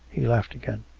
he laughed again.